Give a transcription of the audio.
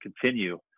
continue